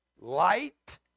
light